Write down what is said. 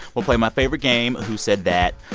we'll play my favorite game, who said that.